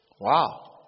Wow